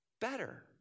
better